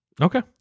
Okay